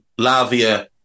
Lavia